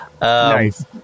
Nice